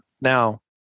Now